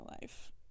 life